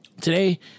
today